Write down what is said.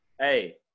Hey